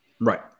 Right